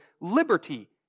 liberty